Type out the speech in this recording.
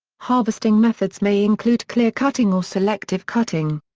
harvesting methods may include clear cutting or selective cutting.